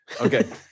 Okay